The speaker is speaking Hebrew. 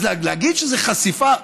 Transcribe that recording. אז להגיד שזו חשיפה?